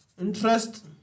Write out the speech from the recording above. Interest